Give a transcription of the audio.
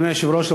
אדוני היושב-ראש,